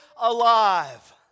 alive